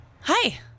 Hi